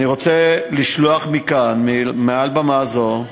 אני רוצה לשלוח מכאן, מעל במה זו,